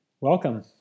Welcome